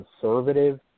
conservative